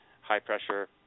high-pressure